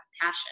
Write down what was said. passion